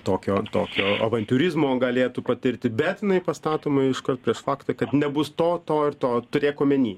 tokio tokio avantiūrizmo galėtų patirti bet jinai pastatoma iškart prieš faktą kad nebus to to ir to turėk omeny